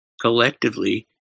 collectively